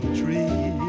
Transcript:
tree